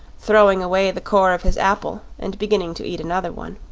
throwing away the core of his apple and beginning to eat another one.